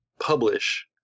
publish